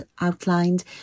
outlined